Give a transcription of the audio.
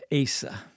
Asa